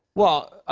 well,